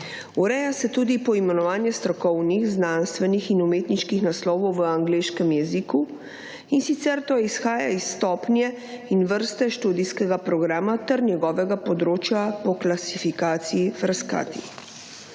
Ureja se tudi poimenovanje strokovnih, znanstvenih in umetniških naslovov v angleškem jeziku in sicer to izhaja iz stopnje in vrste študijskega programa, ter njegovega področja po klasifikaciji ferskati.